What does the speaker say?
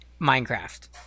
Minecraft